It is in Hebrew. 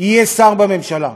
יהיה שר בממשלה?